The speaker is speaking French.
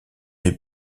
mes